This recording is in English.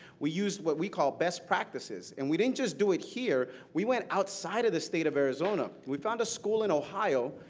we use what we call best practices. and we didn't just do it here. we went outside of the state of arizona. we found a school in ohio,